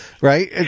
right